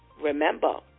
Remember